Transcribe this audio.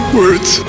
words